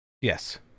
Yes